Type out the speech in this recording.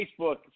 Facebook